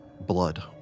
blood